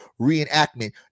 reenactment